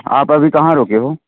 आप अभी कहाँ रुके हो